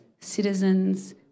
citizens